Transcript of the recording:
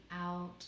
out